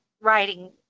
writing